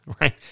right